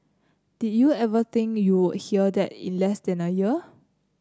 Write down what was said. did you ever think you'll hear that in less than a year